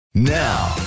Now